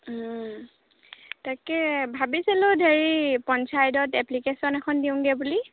তাকে ভাবিছিলোঁ হেৰি পঞ্চায়তত এপ্লিকেশ্যন এখন দিওঁগৈ বুলি